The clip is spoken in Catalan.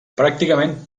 pràcticament